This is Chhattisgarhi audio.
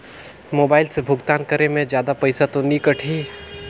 मोबाइल से भुगतान करे मे जादा पईसा तो नि कटही?